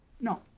No